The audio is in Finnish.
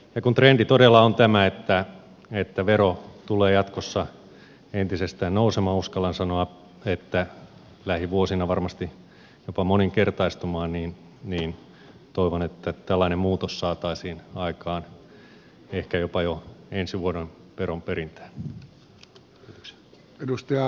ja kun trendi todella on tämä että vero tulee jatkossa entisestään nousemaan uskallan sanoa että lähivuosina varmasti jopa moninkertaistumaan niin toivon että tällainen muutos saataisiin aikaan ehkä jopa jo ensi vuoden veronperintään